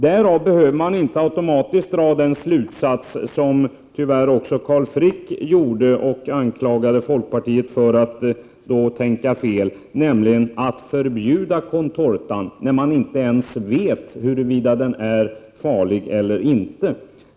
Därav behöver man inte automatiskt dra den slutsats som tyvärr också Carl Frick drog, samtidigt som han anklagade folkpartiet för att tänka fel, nämligen att contortan skall förbjudas, när man inte ens vet huruvida den är farlig eller inte.